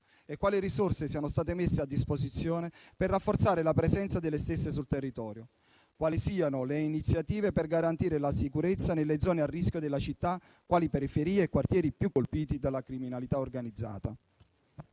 e quali risorse siano state messe a disposizione per rafforzare la presenza delle stesse sul territorio. Si chiede altresì quali siano le iniziative per garantire la sicurezza nelle zone a rischio delle città, quali periferie e quartieri più colpiti dalla criminalità organizzata.